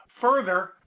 Further